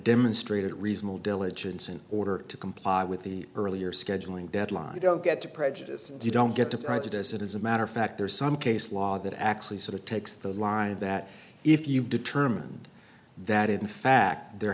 demonstrated reasonable diligence in order to comply with the earlier scheduling deadline i don't get to prejudice you don't get to prejudice it as a matter of fact there is some case law that actually sort of takes the line that if you've determined that in fact there